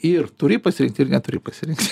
ir turi pasirinkti ir neturi pasirinkti